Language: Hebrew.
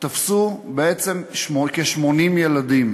תפסו בעצם כ-80 ילדים,